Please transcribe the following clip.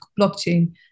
blockchain